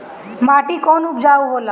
माटी कौन उपजाऊ होला?